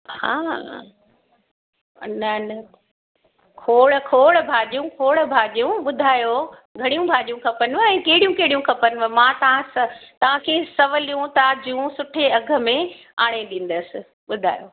हा हा इलाही न खोड़ खोड़ भाॼियूं खोड़ भाॼियूं ॿुधायो घणियूं भाॼियूं खपनव ऐं कहिड़ियूं कहिड़ियूं खपनव मां तव्हां तव्हांखे सवलियूं ताज़ियूं सुठे अघि में आणे ॾींदसि ॿुधायो